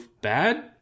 bad